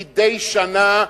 מדי שנה,